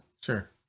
Sure